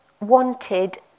wanted